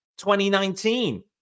2019